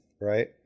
right